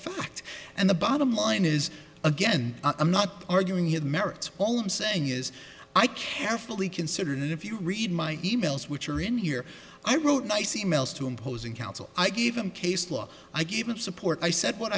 fact and the bottom line is again i'm not arguing it merits all i'm saying is i carefully considered if you read my emails which are in here i wrote nice e mails to imposing counsel i gave him case law i gave him support i said what